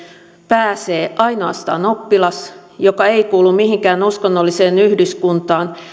pääsee ainoastaan oppilas joka ei kuulu mihinkään uskonnolliseen yhdyskuntaan